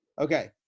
Okay